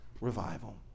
revival